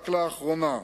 רק לאחרונה,